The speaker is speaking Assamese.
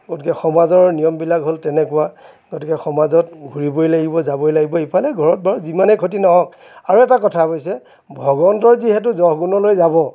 গতিকে সমাজৰ নিয়মবিলাক হ'ল তেনেকুৱা গতিকে সমাজত ঘূৰিবই লাগিব যাবই লাগিব ইফালে ঘৰত বাৰু যিমানে খতি নহওক আৰু এটা কথা অৱশ্যে ভগৱন্তৰ যিহেতু জহ গুণলৈ যাব